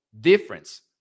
difference